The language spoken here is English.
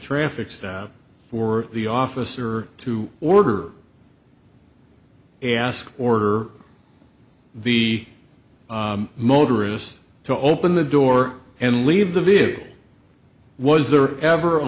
traffic for the officer to order ask or the motorist to open the door and leave the vehicle was there ever a